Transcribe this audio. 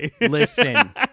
Listen